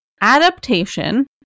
adaptation